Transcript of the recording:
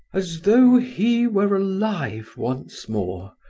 as though he were alive once more.